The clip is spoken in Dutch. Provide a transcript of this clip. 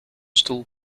stoel